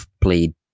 played